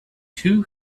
two